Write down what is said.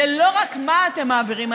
זה לא רק מה אתם מעבירים,